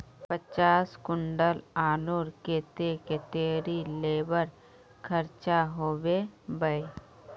पचास कुंटल आलूर केते कतेरी लेबर खर्चा होबे बई?